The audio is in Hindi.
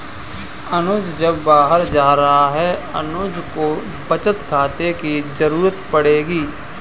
अनुज अब बाहर जा रहा है अनुज को बचत खाते की जरूरत पड़ेगी